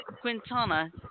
Quintana